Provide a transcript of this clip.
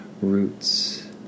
roots